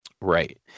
Right